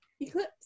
Eclipse